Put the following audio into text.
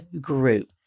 group